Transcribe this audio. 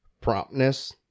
promptness